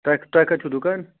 تۄہہِ تۄہہِ کَتہِ چھُو دُکان